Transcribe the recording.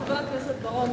הערה לחבר הכנסת בר-און,